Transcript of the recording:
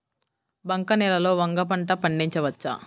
బంక నేలలో వంగ పంట పండించవచ్చా?